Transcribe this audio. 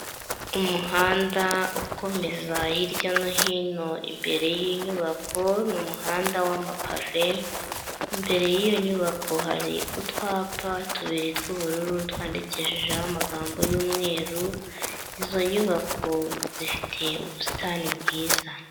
Umuhanda ukomeza hirya no hino imbere y'inyubako, ni umuhanda w'amapave, imbere y'iyo nyubako hari utwapa tubiri tw'ubururu twandikishijeho amagambo y'umweru, izo nyubako zifite ubusitani bwiza.